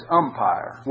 umpire